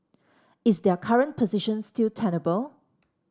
is their current position still tenable